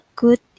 good